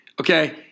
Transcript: okay